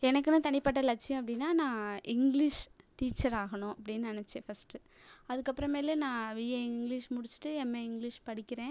எனக்குனு தனிபட்ட லட்சியம் அப்படின்னா நான் இங்கிலீஷ் டீச்சராகணும் அப்படின்னு நெனைச்சேன் ஃபஸ்ட்டு அதுக்கப்புறமேலு நான் பிஏ இங்கிலீஷ் முடிச்சுட்டு எம்ஏ இங்கிலீஷ் படிக்கிறேன்